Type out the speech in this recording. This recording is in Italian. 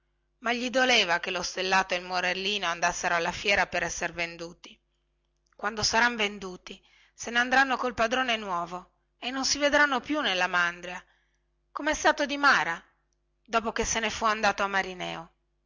ma gli doleva che lo stellato e il morellino andassero alla fiera per esser venduti quando saran venduti se ne andranno col padrone nuovo e non si vedranno più nella mandria comè stato di mara dopo che se ne fu andata a marineo